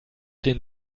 den